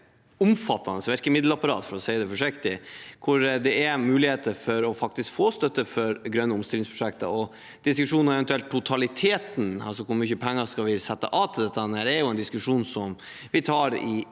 omfattende virkemiddelapparat, for å si det forsiktig, hvor det er muligheter for å få støtte til grønne omstillingsprosjekter. Diskusjonen om totaliteten, altså hvor mye penger vi skal sette av til dette, er en diskusjon som vi tar i